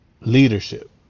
leadership